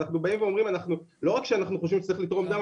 אנחנו באים ואומרים שאנחנו לא רק חושבים שצריך לתרום דם,